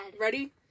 ready